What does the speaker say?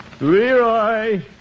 Leroy